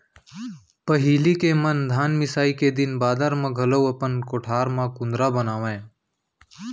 पहिली के मन धान मिसाई के दिन बादर म घलौक अपन कोठार म कुंदरा बनावयँ